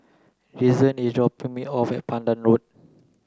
Reason is dropping me off at Pandan Road